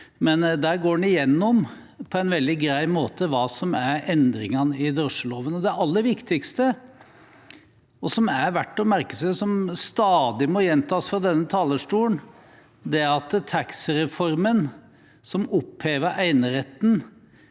men der gås det gjennom på en veldig grei måte hva som er end ringene i yrkestransportloven. Det aller viktigste, som er verdt å merke seg, og som stadig må gjentas fra denne talerstolen, er at taxireformen opphevet eneretten